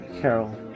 Carol